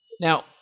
Now